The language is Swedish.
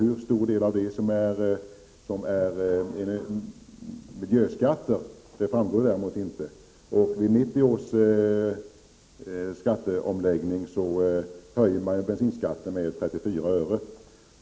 Hur stor del av det som är miljöskatter framgår däremot inte. Vid 1990 års skatteomläggning höjs ju bensinskatten med 34 öre.